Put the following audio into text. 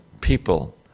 people